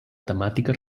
temàtica